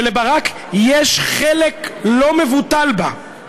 שלברק יש חלק לא מבוטל בה.